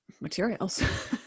materials